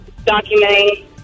documenting